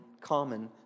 common